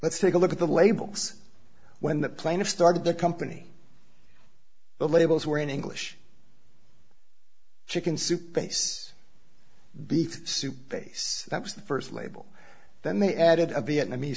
let's take a look at the labels when the plaintiff started the company the labels were in english chicken soup base beef soup base that was the first label then they added a vietnamese